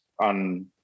on